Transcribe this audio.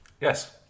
Yes